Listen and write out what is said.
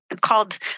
called